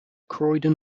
croydon